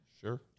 Sure